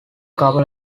couple